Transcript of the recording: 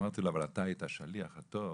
אמרתי לו: "אבל אתה היית השליח הטוב.